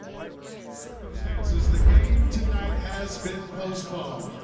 unforeseen circumstances, the game tonight has been postponed.